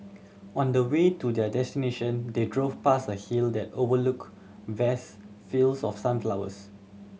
on the way to their destination they drove past a hill that overlooked vast fields of sunflowers